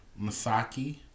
Masaki